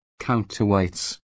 counterweights